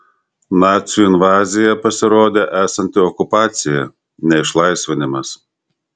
nacių invazija pasirodė esanti okupacija ne išlaisvinimas